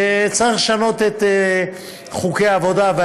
וצריך לשנות את חוקי העבודה.